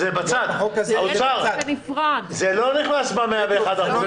החוק הזה --- זה לא נכנס ב-101.5%.